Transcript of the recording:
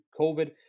COVID